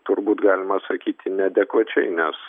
turbūt galima sakyti neadekvačiai nes